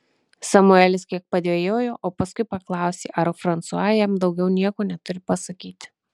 samuelis kiek padvejojo o paskui paklausė ar fransua jam daugiau nieko neturi pasakyti